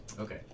Okay